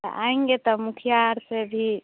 तो आएँगे तब मुखिया से भी